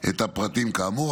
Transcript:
את הפרטים, כאמור.